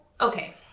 okay